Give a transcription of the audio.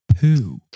poo